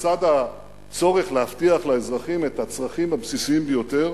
ולצד הצורך להבטיח לאזרחים את הצרכים הבסיסיים ביותר,